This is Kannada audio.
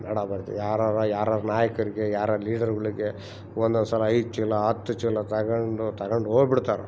ನಾಡಹಬ್ಬ ಐತೆ ಯಾರರ ಯಾರರ ನಾಯಕರಿಗೆ ಯಾರರ ಲೀಡರ್ಗಳಿಗೆ ಒಂದೊಂದು ಸಲ ಐದು ಚೀಲ ಹತ್ತು ಚೀಲ ತಗೊಂಡು ತಗೊಂಡ್ ಹೋಗ್ಬಿಡ್ತಾರ